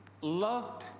Loved